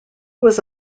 was